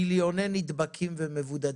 מיליוני נדבקים ומבודדים.